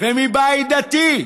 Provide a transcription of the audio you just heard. ומבית דתי,